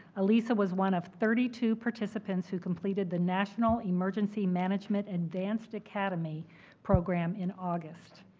alisa was one of thirty two participants who completed the national emergency management advanced academy program in august.